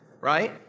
right